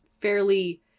fairly